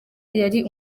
yari